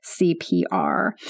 CPR